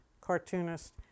cartoonist